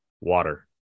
water